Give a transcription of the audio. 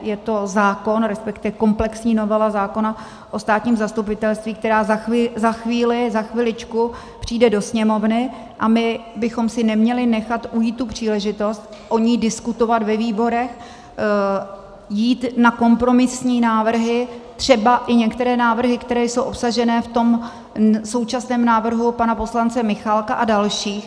Je to zákon, respektive komplexní novela zákona o státním zastupitelství, která za chvíli, za chviličku přijde do Sněmovny, a my bychom si neměli nechat ujít tu příležitost o ní diskutovat ve výborech, jít na kompromisní návrhy, třeba i některé návrhy, které jsou obsažené v tom současném návrhu pana poslance Michálka a dalších.